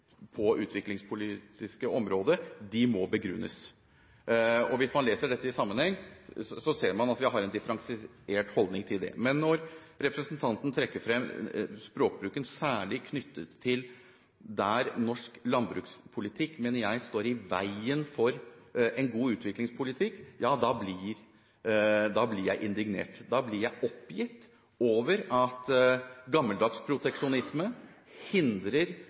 på det utviklingspolitiske området, må begrunnes. Hvis man leser dette i sammenheng, ser man at vi har en differensiert holdning til det. Når representanten trekker frem språkbruken særlig knyttet til der jeg mener norsk landbrukspolitikk står i veien for en god utviklingspolitikk, blir jeg indignert. Da blir jeg oppgitt over at gammeldags proteksjonisme hindrer